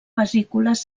vesícules